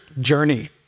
journey